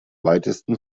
weitesten